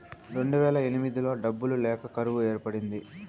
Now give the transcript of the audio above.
రెండువేల ఎనిమిదిలో డబ్బులు లేక కరువు ఏర్పడింది